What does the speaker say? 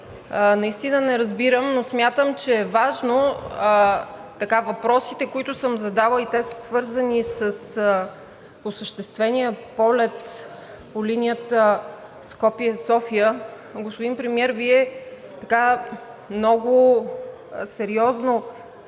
Наистина не разбирам, но смятам, че е важно въпросите, които съм задала и са свързани с осъществения полет по линията Скопие – София, господин Премиер, Вие така много сериозно